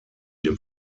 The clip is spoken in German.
dem